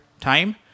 time